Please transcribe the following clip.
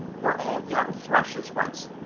were all young thrushes once,